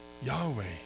Yahweh